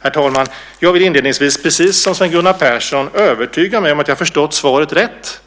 Herr talman! Jag vill inledningsvis, precis som Sven Gunnar Persson, övertyga mig om att jag har förstått svaret rätt.